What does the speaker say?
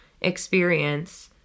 experience